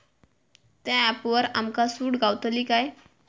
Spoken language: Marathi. त्या ऍपवर आमका सूट गावतली काय?